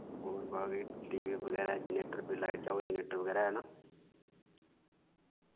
और बाकि TV वगैरा जनरेटर जिल लाइट जाग जनरेटर वगैरा ऐ नां